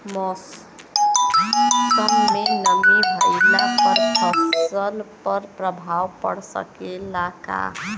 मौसम में नमी भइला पर फसल पर प्रभाव पड़ सकेला का?